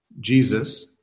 Jesus